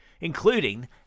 including